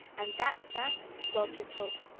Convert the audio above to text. and that fact squelches hope.